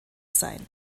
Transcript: sein